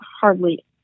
hardly